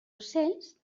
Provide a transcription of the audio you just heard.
ocells